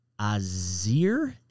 Azir